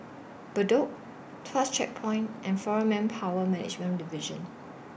Bedok Tuas Checkpoint and Foreign Manpower Management Division